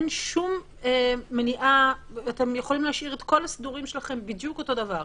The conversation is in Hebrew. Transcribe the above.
אתם יכולים להשאיר את כל הסידורים שלכם בדיוק אותו דבר.